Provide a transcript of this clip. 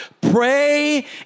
Pray